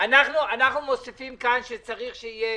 אנחנו מוסיפים כאן שצריך שיהיה